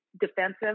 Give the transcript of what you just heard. defensive